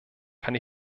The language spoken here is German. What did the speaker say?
kann